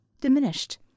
diminished